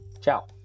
Ciao